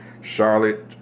Charlotte